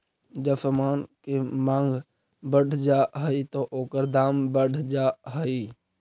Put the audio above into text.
जब समान के मांग बढ़ जा हई त ओकर दाम बढ़ जा हई